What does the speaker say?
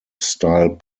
style